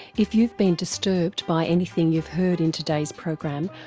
if you've been disturbed by anything you've heard in today's program,